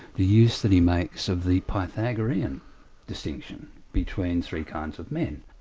the use that he makes of the pythagorean distinction between three kinds of men.